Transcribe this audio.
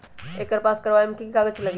एकर पास करवावे मे की की कागज लगी?